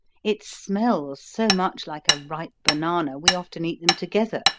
it smells so much like a ripe banana we often eat them together,